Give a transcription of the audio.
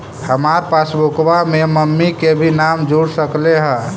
हमार पासबुकवा में मम्मी के भी नाम जुर सकलेहा?